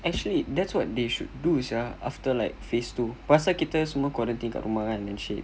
actually that's what they should do sia after like phase two pasal kita semua quarantine kat rumah kan and shit